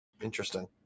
Interesting